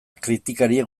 kritikariek